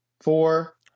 four